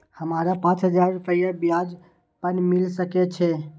हमरा पाँच हजार रुपया ब्याज पर मिल सके छे?